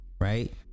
right